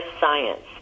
science